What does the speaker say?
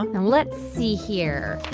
and let's see here.